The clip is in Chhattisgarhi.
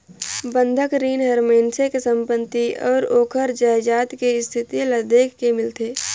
बंधक रीन हर मइनसे के संपति अउ ओखर जायदाद के इस्थिति ल देख के मिलथे